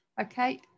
Okay